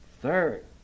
Third